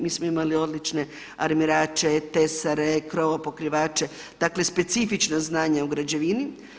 Mi smo imali odlične armirače, tesare, krovopokrivače dakle specifična znanja u građevini.